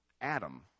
Adam